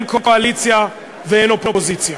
אין קואליציה ואין אופוזיציה,